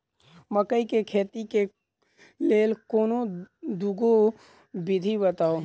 मकई केँ खेती केँ लेल कोनो दुगो विधि बताऊ?